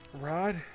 Rod